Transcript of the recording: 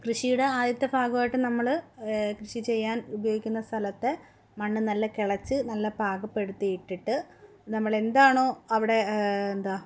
കൃഷിയുടെ ആദ്യത്തെ ഭാഗമായിട്ട് നമ്മൾ കൃഷി ചെയ്യാൻ ഉപയോഗിക്കുന്ന സ്ഥലത്തെ മണ്ണ് നല്ല കിളച്ച് നല്ല പാകപ്പെടുത്തിയിട്ടിട്ട് നമ്മളെന്താണോ അവിടെ എന്താ